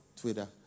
Twitter